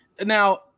Now